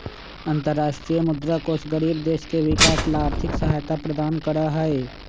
अन्तरराष्ट्रीय मुद्रा कोष गरीब देश के विकास ला आर्थिक सहायता प्रदान करा हई